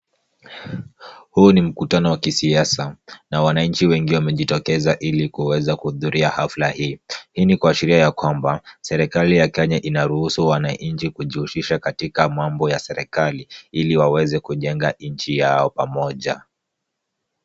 Huu ni mkutano wa kisiasa, na wananchi wengi wamejitokeza ili kuweza kuhudhuria hafla hii. Hii ni kuashiria ya kwamba, serikali ya Kenya inaruhusu wananchi kujihusisha katika mambo ya serikali, ili waweze kujenga nchi yao pamoja.